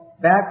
back